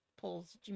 pulls